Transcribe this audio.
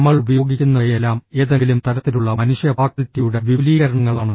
നമ്മൾ ഉപയോഗിക്കുന്നവയെല്ലാം ഏതെങ്കിലും തരത്തിലുള്ള മനുഷ്യ ഫാക്കൽറ്റിയുടെ വിപുലീകരണങ്ങളാണ്